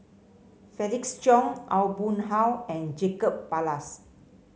Felix Cheong Aw Boon Haw and Jacob Ballas